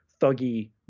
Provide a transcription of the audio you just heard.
thuggy